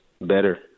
better